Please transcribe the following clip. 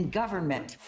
government